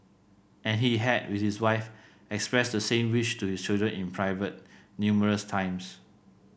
and he had with his wife expressed the same wish to his children in private numerous times